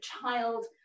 child